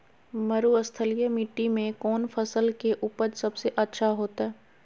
मरुस्थलीय मिट्टी मैं कौन फसल के उपज सबसे अच्छा होतय?